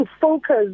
focus